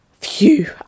Phew